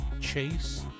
Chase